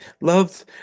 loved